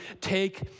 take